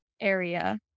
area